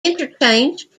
interchange